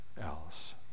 else